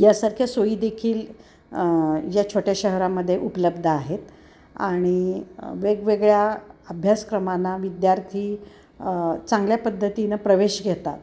यासारख्या सोयी देखील या छोट्या शहरामध्ये उपलब्ध आहेत आणि वेगवेगळ्या अभ्यासक्रमांना विद्यार्थी चांगल्या पद्धतीनं प्रवेश घेतात